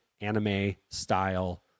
anime-style